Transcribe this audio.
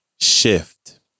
shift